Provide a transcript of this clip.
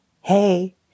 Hey